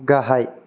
गाहाय